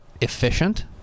efficient